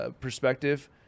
perspective